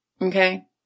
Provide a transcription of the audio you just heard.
Okay